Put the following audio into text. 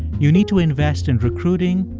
you need to invest in recruiting,